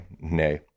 nay